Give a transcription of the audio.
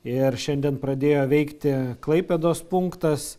ir šiandien pradėjo veikti klaipėdos punktas